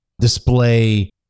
display